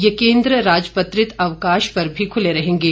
ये केंद्र राजपत्रित अवकाश पर भी खुले रहेंगे